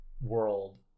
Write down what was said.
World